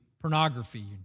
pornography